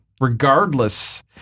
regardless